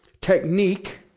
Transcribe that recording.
technique